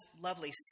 lovely